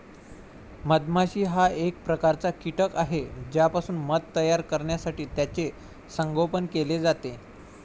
मधमाशी हा एक प्रकारचा कीटक आहे ज्यापासून मध तयार करण्यासाठी त्याचे संगोपन केले जाते